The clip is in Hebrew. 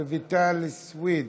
רויטל סויד.